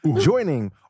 joining